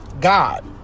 God